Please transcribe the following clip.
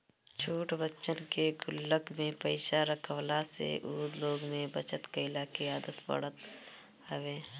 छोट बच्चन के गुल्लक में पईसा रखवला से उ लोग में बचत कइला के आदत पड़त हवे